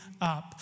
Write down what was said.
up